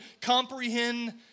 comprehend